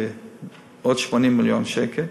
עוד 80 מיליון שקל,